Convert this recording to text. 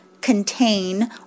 contain